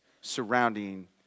surrounding